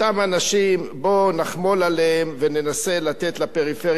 בוא נחמול עליהם וננסה לתת לפריפריה מה שמגיע לה.